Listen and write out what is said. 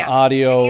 audio